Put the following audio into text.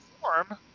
form